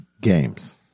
games